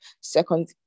second